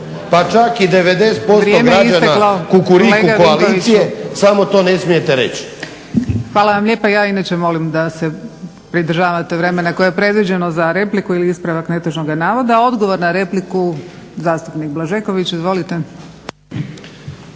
Pa čak i 90% građana Kukuriku koalicije, samo to ne smijete reći. **Kosor, Jadranka (HDZ)** Hvala vam lijepa. Ja inače molim da se pridržavate vremena koje je predviđeno za repliku ili ispravak netočnoga navoda. Odgovor na repliku, zastupnik Blažeković. Izvolite.